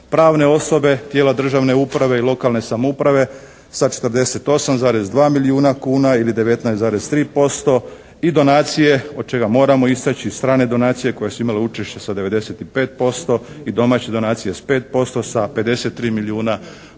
Pravne osobe, tijela državne uprave i lokalne samouprave sa 48,2 milijuna kuna ili 19,3% i donacije od čega moramo istaći strane donacije koje su imale učešće sa 95% i domaće donacije sa 5%, sa 53 milijuna,